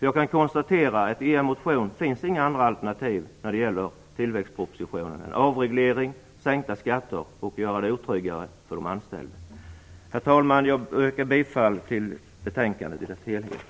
Jag kan konstatera att det inte finns några andra alternativ i moderaternas motion när det gäller tillväxtpropositionen än avreglering, sänkta skatter och att göra det otryggare för de anställda. Herr talman! Jag yrkar bifall till utskottets hemställan i dess helhet.